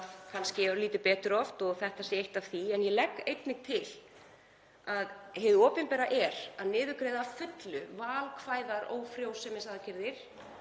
kannski örlítið betur oft og þetta sé eitt af því. En ég bendi einnig á að hið opinbera er að niðurgreiða að fullu valkvæðar ófrjósemisaðgerðir